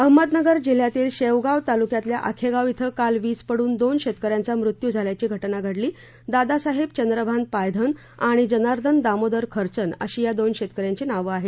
अहमदनगर जिल्ह्यातील शेवगाव तालुक्यातील आखेगाव येथे काल वीज पडून दोन शेतकऱ्यांचा मृत्यू झाल्याची घटना घडली दादासाहेब चंद्रभान पायघन आणि जनार्दन दामोधर खर्चन अशी या दोन शेतकऱ्यांची नावं आहेत